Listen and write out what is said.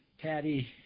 Patty